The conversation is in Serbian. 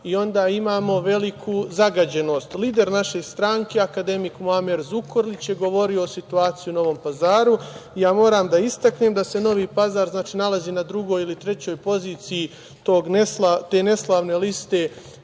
i onda imamo veliku zagađenost. Lider naše stranke, akademik Muamer Zukorlić je govorio o situaciji u Novom Pazaru. Moram da istaknem da se Novi Pazar nalazi na drugoj ili trećoj poziciji te neslavne liste